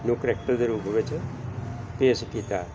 ਨੂੰ ਕਰੈਕਟਰ ਦੇ ਰੂਪ ਵਿੱਚ ਪੇਸ਼ ਕੀਤਾ